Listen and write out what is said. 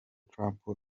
trump